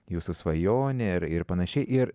jūsų svajonė ir ir panašiai ir